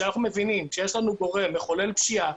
כשאנחנו מבינים שיש לנו גורם מחולל פשיעה,